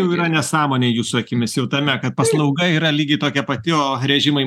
jau yra nesąmonė jūsų akimis jau tame kad paslauga yra lygiai tokia pati o režimai